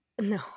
No